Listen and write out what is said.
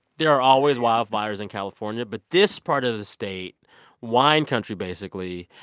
there are always wildfires in california. but this part of the state wine country, basically